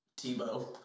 Tebow